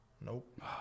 Nope